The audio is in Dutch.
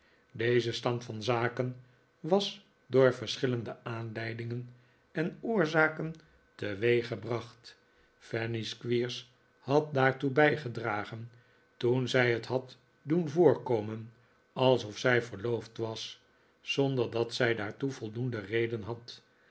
deze stand van zaken was door verschillende aanleidingen en oorzaken teweeggebracht fanny squeers had daartoe bijgedragen toen zij het had doen voorkomen alsof zij verloofd was zonder dat zij daartoe voldoende reden had